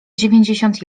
dziewięćdziesiąt